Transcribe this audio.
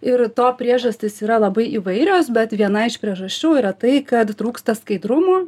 ir to priežastys yra labai įvairios bet viena iš priežasčių yra tai kad trūksta skaidrumo